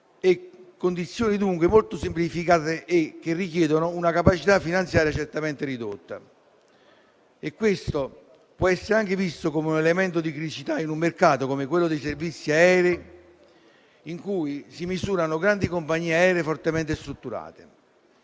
condizioni molto semplificate che richiedono una capacità finanziaria certamente ridotta. Questo può essere anche visto come un elemento di criticità in un mercato, come quello dei servizi aerei, in cui si misurano grandi compagnie aeree fortemente strutturate.